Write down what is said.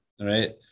right